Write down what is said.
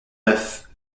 neuf